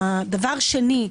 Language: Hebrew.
שנית,